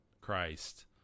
Christ